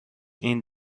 این